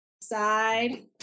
side